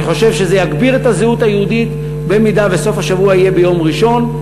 אני חושב שזה יגביר את הזהות היהודית אם סוף השבוע יהיה גם ביום ראשון,